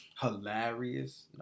hilarious